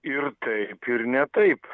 ir taip ir ne taip